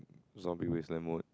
zombie wasteland mode